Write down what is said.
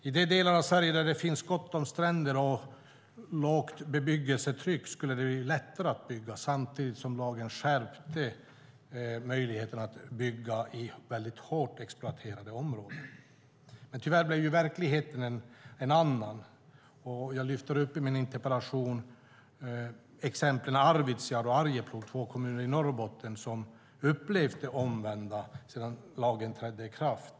I de delar av Sverige där det finns gott om stränder och lågt bebyggelsetryck skulle det bli lättare att bygga, samtidigt som lagen skärpte möjligheten att bygga i väldigt hårt exploaterade områden. Tyvärr blev verkligheten en annan. Jag lyfter i min interpellation upp exemplen Arvidsjaur och Arjeplog, två kommuner i Norrbotten som har upplevt det omvända sedan lagen trädde i kraft.